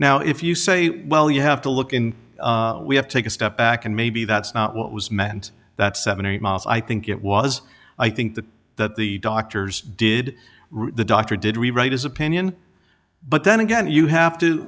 now if you say well you have to look in we have to take a step back and maybe that's not what was meant that seventy miles i think it was i think that that the doctors did the doctor did rewrite his opinion but then again you have to